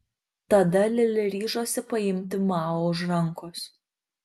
tada lili ryžosi paimti mao už rankos